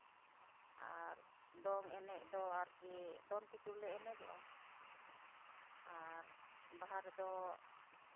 ᱟᱨ ᱫᱚᱝ ᱮᱱᱮᱡ ᱫᱚ ᱟᱨᱠᱤ ᱫᱚᱱ ᱠᱩᱪᱩᱲ ᱞᱮ ᱮᱱᱮᱡᱚᱜᱼᱟ ᱟᱨ ᱵᱟᱦᱟ ᱨᱮᱫᱚ